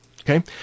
Okay